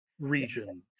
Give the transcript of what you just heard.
region